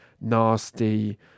nasty